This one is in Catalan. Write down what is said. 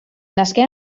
nasqué